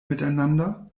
miteinander